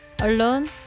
Alone